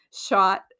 shot